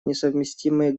несовместимые